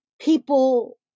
people